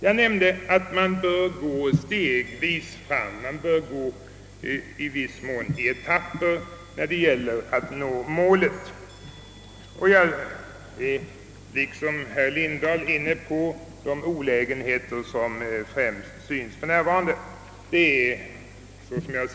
Jag nämnde att man i viss mån bör gå fram etappvis för att nå målet, och jag tänker liksom herr Lindahl på de olägenheter som för närvarande är störst.